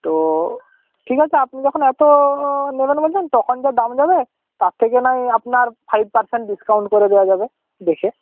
তো ঠিক আছে আপনি যখন এত নেবেন বলছে তখন যা দাম যাবে তার থেকে নয় আপনার ফাইভ পার্সেন্ট ডিসকাউন্ট করে দেওয়া যাবে দেখে